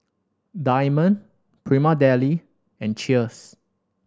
Diamond Prima Deli and Cheers